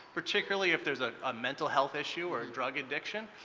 particularly if there is ah a mental health issue or a drug addition.